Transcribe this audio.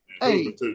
Hey